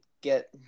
get